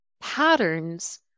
patterns